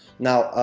now,